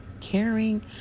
caring